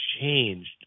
changed